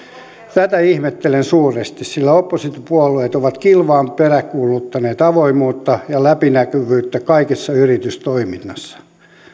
tätä ihmettelen suuresti sillä oppositiopuolueet ovat kilvan peräänkuuluttaneet avoimuutta ja läpinäkyvyyttä kaikessa yritystoiminnassa